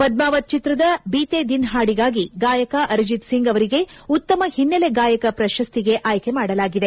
ಪದ್ಮಾವತ್ ಚಿತ್ರದ ಬೀತೆ ದಿನ್ ಪಾಡಿಗಾಗಿ ಗಾಯಕ ಅರಿಜಿತ್ ಸಿಂಗ್ ಅವರಿಗೆ ಉತ್ತಮ ಹಿನ್ನೆಲೆ ಗಾಯಕ ಪ್ರಶಸ್ತಿಗೆ ಆಯ್ಕೆ ಮಾಡಲಾಗಿದೆ